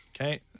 Okay